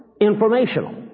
Informational